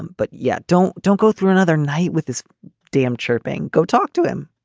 but yeah, don't don't go through another night with this damn chirping. go talk to him.